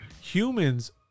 humans